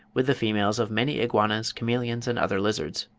with the females of many iguanas, chameleons, and other lizards.